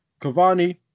Cavani